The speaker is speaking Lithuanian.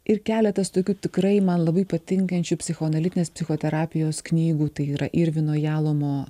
ir keletas tokių tikrai man labai patinkančių psichoanalitinės psichoterapijos knygų tai yra irvino jalomo